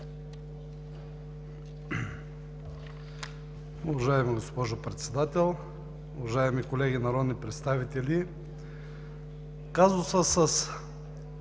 Уважаема госпожо Председател, уважаеми колеги народни представители! Казусът с